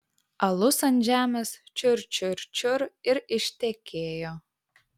alus ant žemės čiur čiur čiur ir ištekėjo